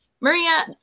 maria